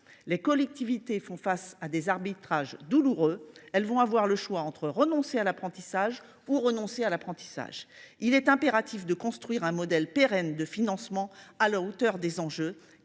Les collectivités font face à des arbitrages douloureux. Elles auront le choix entre renoncer à l’apprentissage et… renoncer à l’apprentissage. Il est impératif de construire un modèle pérenne de financement à la hauteur des enjeux,